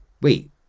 wait